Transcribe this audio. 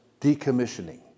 decommissioning